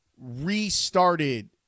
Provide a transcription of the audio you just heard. restarted